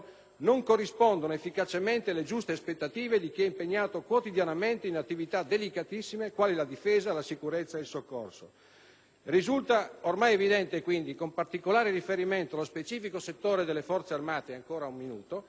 non corrispondono efficacemente alle giuste aspettative di chi è impegnato quotidianamente in attività delicatissime quali la difesa, la sicurezza e il soccorso. Risulta ormai evidente quindi, con particolare riferimento alle specifico settore delle Forze armate, che gli